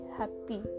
happy